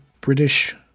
British